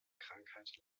krankheit